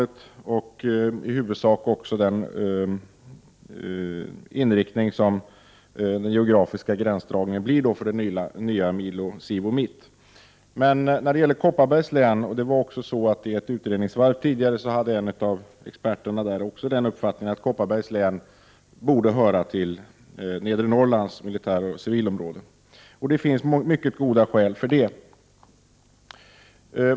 1988/89:121 huvudsak också den inriktning som den geografiska gränsdragningen får för 25 maj 1989 I en utredningsrunda tidigare hade också en av experterna uppfattningen fördetmilitärafö att Kopparbergs län borde höra till Nedre Norrlands militäroch civilområa må - RT de. Det finns mycket goda skäl för det.